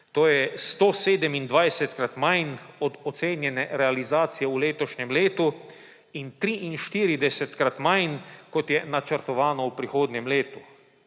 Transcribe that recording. To je 127-krat manj od ocenjene realizacije v letošnjem letu in 43-krat manj, kot je načrtovano v prihodnjem letu.